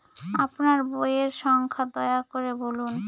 আপনার বইয়ের সংখ্যা দয়া করে বলুন?